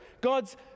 God's